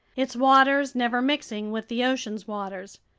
its waters never mixing with the ocean's waters.